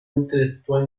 intelectual